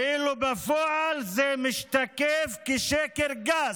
ואילו בפועל זה משתקף כשקר גס.